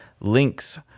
links